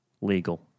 Legal